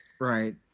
Right